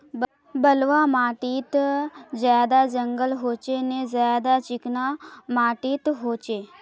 बलवाह माटित ज्यादा जंगल होचे ने ज्यादा चिकना माटित होचए?